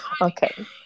Okay